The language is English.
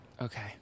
Okay